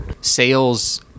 Sales